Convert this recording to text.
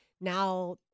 now